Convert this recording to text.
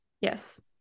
Yes